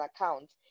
account